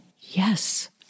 Yes